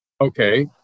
Okay